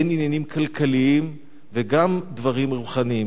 הן עניינים כלכליים וגם דברים רוחניים.